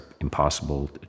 impossible